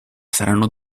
saranno